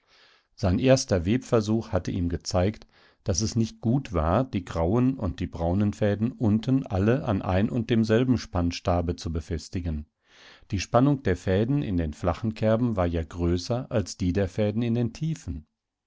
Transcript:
sein erster webversuch hatte ihm gezeigt daß es nicht gut war die grauen und die braunen fäden unten alle an ein und demselben spannstabe zu befestigen die spannung der fäden in den flachen kerben war ja größer als die der fäden in den tiefen